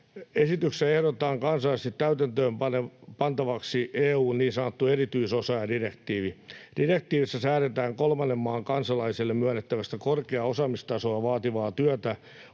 Esityksessä ehdotetaan kansallisesti täytäntöön pantavaksi EU:n niin sanottu erityisosaajadirektiivi. Direktiivissä säädetään kolmannen maan kansalaiselle korkeaa osaamistasoa vaativaa työtä